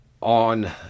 on